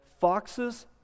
foxes